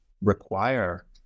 require